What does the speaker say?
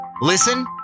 Listen